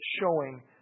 showing